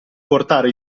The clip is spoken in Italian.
portare